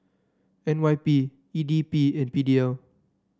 N Y P E D B and P D L